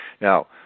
Now